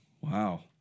Wow